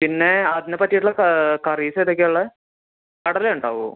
പിന്നെ അതിന് പറ്റിയിട്ടുള്ള ക കറീസ് ഏതൊക്കെയാണ് ഉള്ളത് കടല ഉണ്ടാകുമോ